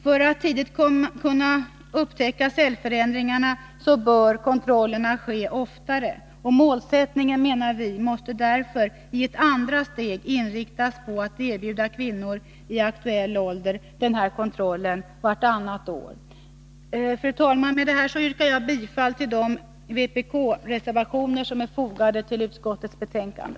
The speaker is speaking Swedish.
För att man tidigt skall kunna upptäcka cellförändringar bör kontrollerna ske oftare. Målsättningen, menar vi, måste därför i ett andra steg vara att erbjuda kvinnor i aktuell ålder denna kontroll vartannat år. Fru talman! Med det här yrkar jag bifall till de vpk-reservationer som är fogade till utskottets betänkande.